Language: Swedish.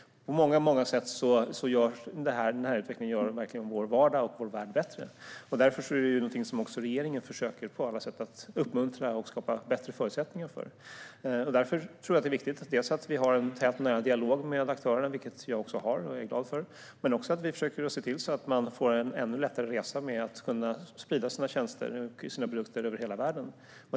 På många sätt gör den här tekniken vår vardag och värld bättre. Därför är det något som regeringen på alla sätt försöker uppmuntra och skapa bättre förutsättningar för. Därför tror jag att det är viktigt att vi har en dialog med aktörerna, vilket vi har, och det är jag glad för. Men vi försöker också se till att man får en ännu lättare resa med att kunna sprida sina tjänster och sina produkter över hela världen.